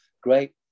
great